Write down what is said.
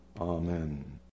Amen